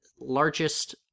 largest